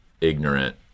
ignorant